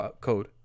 code